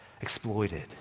exploited